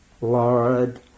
Lord